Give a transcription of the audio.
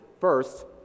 First